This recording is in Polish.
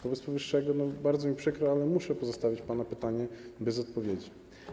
Wobec powyższego bardzo mi przykro, ale muszę pozostawić pana pytanie bez odpowiedzi.